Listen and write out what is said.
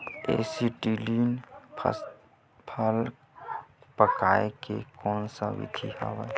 Acetylene फल पकाय के कोन सा विधि आवे?